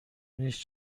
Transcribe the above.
نیست